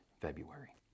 February